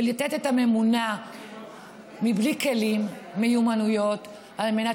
ולתת ממונה בלי כלים ומיומנויות על מנת